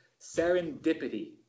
serendipity